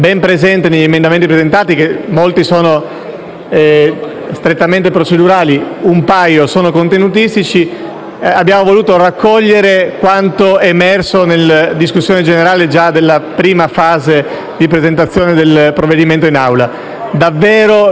strettamente procedurali e solo un paio sono contenutistici. Abbiamo voluto raccogliere quanto emerso in discussione generale già nella prima fase di presentazione del provvedimento in Aula. L'obiettivo è giungere tutti a condividere